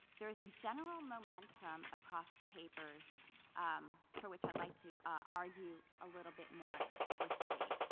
there is a general momentum across the papers for which i'd like to argue a little bit more explicitly.